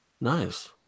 Nice